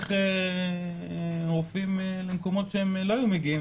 בהמשך רופאים למקומות שהם לא היו מגיעים,